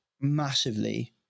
massively